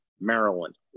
Maryland